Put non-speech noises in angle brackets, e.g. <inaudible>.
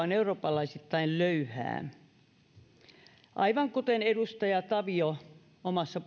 <unintelligible> on eurooppalaisittain löyhää aivan kuten edustaja tavio omassa <unintelligible>